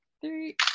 three